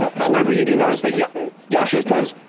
however, you do notice that you yasha's does